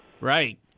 Right